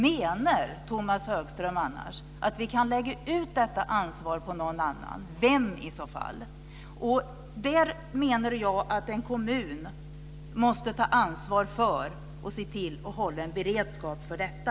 Menar Tomas Högström att vi kan lägga ut detta ansvar på någon annan? Vem är det i så fall? Jag menar att en kommun måste ta ansvar för att se till att hålla en beredskap för detta.